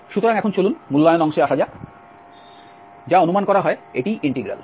সুতরাং এখন চলুন মূল্যায়ন অংশে আসা যাক যা অনুমান করা হয় এটিই ইন্টিগ্রাল